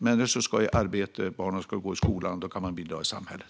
Människor ska i arbete, och barn ska gå i skolan. Då kan man bidra i samhället.